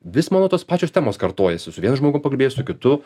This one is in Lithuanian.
vis mano tos pačios temos kartojasi su vienu žmogum pakalbėjai su kitu